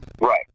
Right